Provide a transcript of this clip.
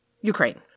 Ukraine